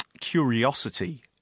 curiosity